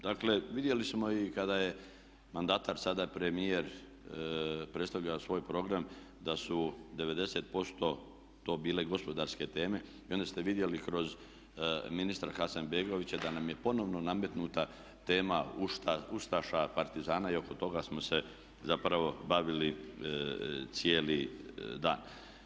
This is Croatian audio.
Dakle vidjeli smo i kada je mandatar sada premijer predstavljao svoj program da su 90% to bile gospodarske teme i onda ste vidjeli kroz ministra Hasanbegovića da nam je ponovno nametnuta tema ustaša, partizana i oko toga smo se zapravo bavili cijeli dan.